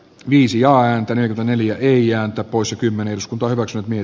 viisi ääntä neljä ei ääntä poissa kymmenen s paikoissa niin